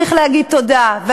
צריך להגיד תודה,